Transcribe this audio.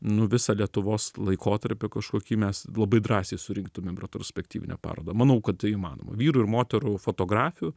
nu visą lietuvos laikotarpį kažkokį mes labai drąsiai surinktumėm reprospektyvinę parodą manau kad tai įmanoma vyrų ir moterų fotografijų